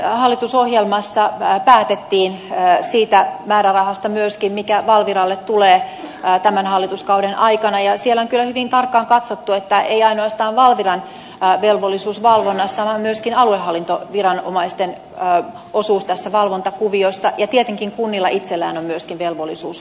hallitusohjelmassa päätettiin myöskin siitä määrärahasta mikä valviralle tulee tämän hallituskauden aikana ja siinä on kyllä hyvin tarkkaan katsottu ei ainoastaan valviran velvollisuus valvonnassa vaan myöskin aluehallintoviranomaisten osuus tässä valvontakuviossa ja tietenkin kunnilla itsellään on myöskin velvollisuus valvoa